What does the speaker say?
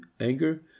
anger